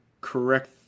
correct